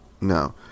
No